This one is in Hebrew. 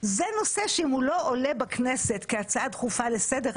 זה נושא שאם לא עולה בכנסת כהצעה דחופה לסדר,